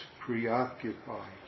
preoccupied